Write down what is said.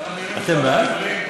אתם בעד?